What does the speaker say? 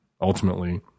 ultimately